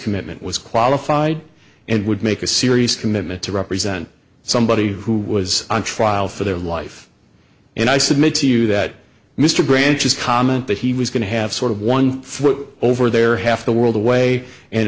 commitment was qualified and would make a serious commitment to represent somebody who was on trial for their life and i submit to you that mr branch's comment that he was going to have sort of one throat over there half the world away and